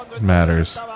matters